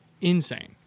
insane